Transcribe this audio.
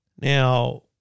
Now